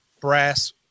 brass